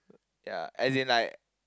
ya as in like